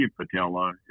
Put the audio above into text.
patella